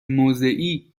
موضعی